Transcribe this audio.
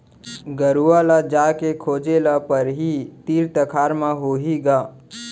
गरूवा ल जाके खोजे ल परही, तीर तखार म होही ग